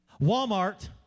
Walmart